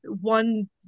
one